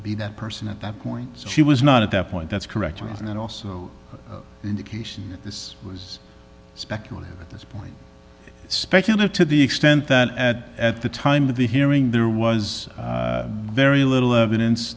be that person at that point she was not at that point that's correct and also an indication that this was speculative at this point specular to the extent that at the time of the hearing there was very little evidence